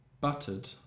Buttered